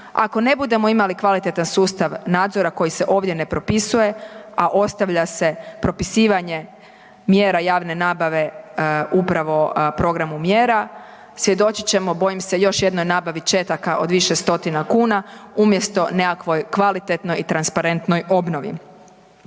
Ako ne budemo imali kvalitetan sustav nadzora koji se ovdje ne propisuje, a ostavlja se propisivanje mjera javne nabave upravo programu mjera svjedočit ćemo bojim se još jednoj nabavi četaka od više stotina kuna umjesto nekakvoj kvalitetnoj i transparentnoj obnovi.